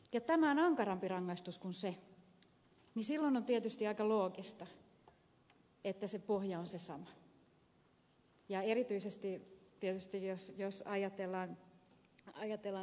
kun tämä on ankarampi rangaistus kuin se niin silloin on tietysti aika loogista että se pohja on se sama ja erityisesti tietysti jos ajatellaan tätä taustaa